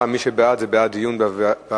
מי שבעד, בעד דיון בוועדה.